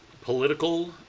political